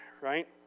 right